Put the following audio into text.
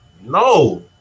No